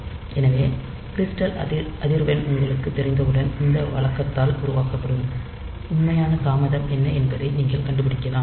எனவே கிரிஸ்டல் அதிர்வெண் உங்களுக்குத் தெரிந்தவுடன் இந்த வழக்கத்தால் உருவாக்கப்படும் உண்மையான தாமதம் என்ன என்பதை நீங்கள் கண்டுபிடிக்கலாம்